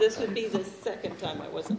this would be the second time i wasn't